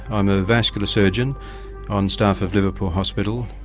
i'm a vascular surgeon on staff of liverpool hospital.